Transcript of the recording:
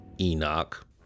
Enoch